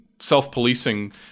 self-policing